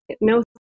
no